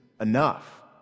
enough